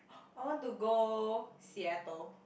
I want to go Seattle